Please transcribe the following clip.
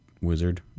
wizard